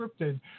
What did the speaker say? scripted